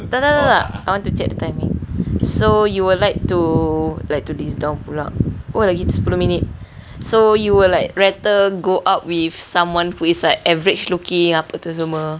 tak tak tak tak I want to check the timing so you will like to like to list down pula oh lagi sepuluh minit so you will like rather go out with someone who is like average looking apa tu semua